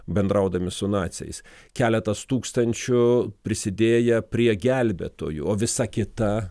bendraudami su naciais keletas tūkstančių prisidėję prie gelbėtojų o visa kita